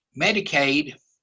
Medicaid